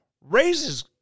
raises